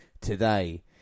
today